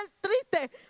triste